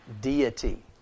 Deity